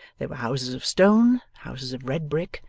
there were houses of stone, houses of red brick,